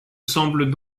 semblent